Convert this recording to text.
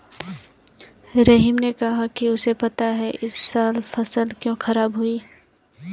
रहीम ने कहा कि उसे पता है इस साल फसल क्यों खराब हुई